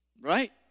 right